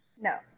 No